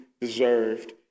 deserved